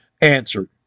answered